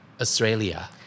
Australia